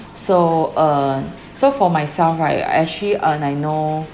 so uh so for myself right I actually on I know